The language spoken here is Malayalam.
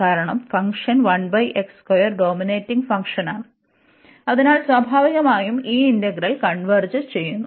കാരണം ഫംഗ്ഷൻ ഡോമിനേറ്റിങ് ഫംഗ്ഷനാണു അതിനാൽ സ്വാഭാവികമായും ആ ഇന്റഗ്രൽ കൺവെർജ് ചെയ്യുന്നു